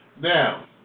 Now